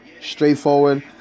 Straightforward